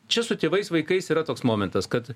čia su tėvais vaikais yra toks momentas kad